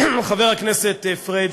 חבר הכנסת פריג',